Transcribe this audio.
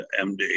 MD